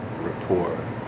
rapport